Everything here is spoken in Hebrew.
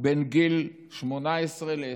בין גיל 18 ל-20,